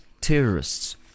terrorists